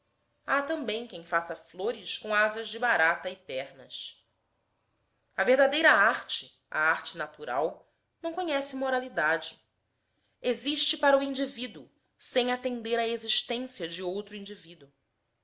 há também quem faça flores com asas de barata e pernas a verdadeira arte a arte natural não conhece moralidade existe para o indivíduo sem atender à existência de outro indivíduo